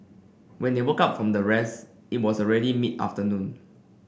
when they woke up from the rest it was already mid afternoon